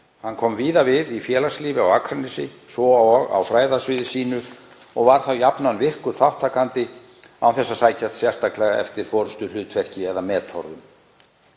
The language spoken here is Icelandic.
Hann kom víða við í félagslífi á Akranesi, svo og á fræðasviði sínu, og var þá jafnan virkur þátttakandi án þess að sækjast sérstaklega eftir forystuhlutverki eða metorðum.